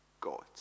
God